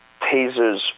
tasers